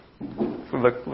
look